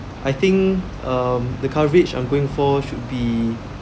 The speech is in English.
I think um the coverage I'm going for should be